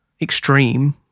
extreme